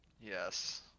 Yes